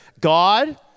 God